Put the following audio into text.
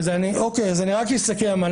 אני רק אסכם.